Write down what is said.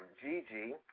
Gigi